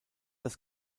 das